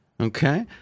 Okay